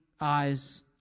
eyes